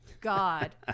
God